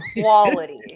quality